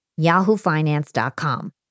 yahoofinance.com